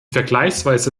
vergleichsweise